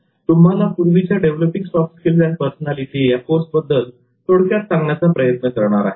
मी तुम्हाला पूर्वीच्या 'developing soft skills and personality' या कोर्स बद्दल थोडक्यात सांगण्याचा प्रयत्न करणार आहे